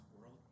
world